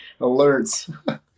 alerts